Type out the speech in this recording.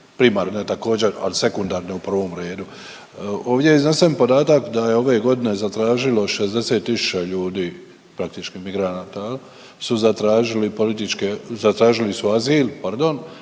primarne također, al sekundarne u prvom redu. Ovdje je iznesen podatak da je ove godine zatražilo 60.000 ljudi praktički migranata su zatražili su azil pardon,